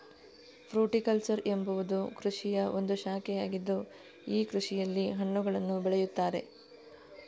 fruticulture ಎಂಬುವುದು ಕೃಷಿಯ ಒಂದು ಶಾಖೆಯಾಗಿದ್ದು ಈ ಕೃಷಿಯಲ್ಲಿ ಹಣ್ಣುಗಳನ್ನು ಬೆಳೆಯುತ್ತಾರೆ